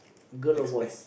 girl or boy